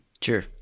Sure